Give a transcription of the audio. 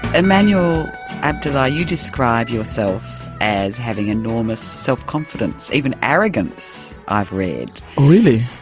emmanuel abdulai, you describe yourself as having enormous self-confidence, even arrogance i've read. really?